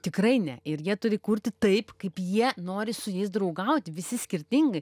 tikrai ne ir jie turi kurti taip kaip jie nori su jais draugauti visi skirtingai